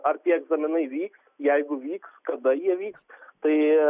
ar tie egzaminai vyks jeigu vyks kada jie vyks tai